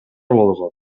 болгон